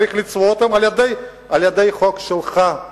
צריך לצבוע אותם, על-ידי החוק שלך,